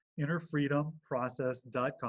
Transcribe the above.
innerfreedomprocess.com